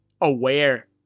aware